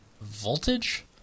voltage